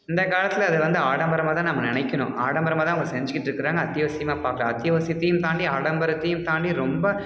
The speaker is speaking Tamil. இந்தக் காலத்தில் அதை வந்து ஆடம்பரமாக தான் நம்ம நினைக்கணும் ஆடம்பரமாக தான் அவங்க செஞ்சுக்கிட்டு இருக்கிறாங்க அத்தியாவசியமாக பார்க்கல அத்தியாவசியத்தையும் தாண்டி ஆடம்பரத்தையும் தாண்டி ரொம்ப